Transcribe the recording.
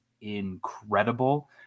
incredible